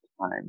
time